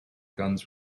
guns